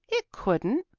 it couldn't,